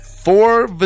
Four